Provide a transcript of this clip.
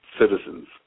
citizens